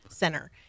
center